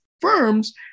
firms